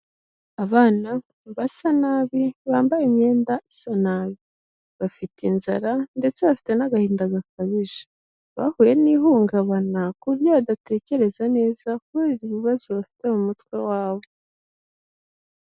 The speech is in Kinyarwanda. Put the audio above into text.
Abana basa nabi bambaye imyenda isa nabi, bafite inzara ndetse bafite n'agahinda gakabije, bahuye n'ihungabana ku buryo badatekereza neza kubera ibibazo bafite mu mutwe wabo.